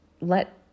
let